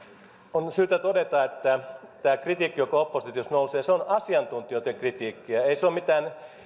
on syytä todeta että tämä kritiikki joka oppositiosta nousee on asiantuntijoitten kritiikkiä ei se ole mitään